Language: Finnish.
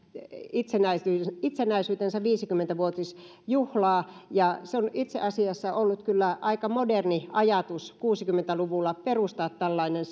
itsenäisyytensä itsenäisyytensä viisikymmentä vuotisjuhlaa ja on itse asiassa ollut kyllä aika moderni ajatus kuusikymmentä luvulla perustaa tällainen